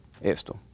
esto